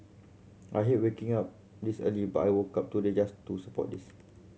I hate waking up this early but I woke up today just to support this